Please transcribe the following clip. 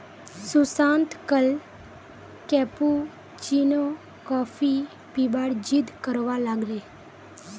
सुशांत कल cappuccino coffee पीबार जिद्द करवा लाग ले